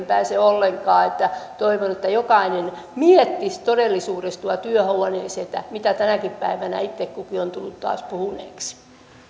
pääse ollenkaan ja toivon että jokainen miettisi todellisuudessa tuolla työhuoneessa mitä tänäkin päivänä itse kukin on tullut taas puhuneeksi